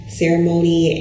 ceremony